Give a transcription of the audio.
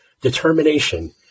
determination